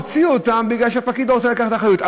הוציאו אותם מפני שהפקיד לא רצה לקחת אחריות.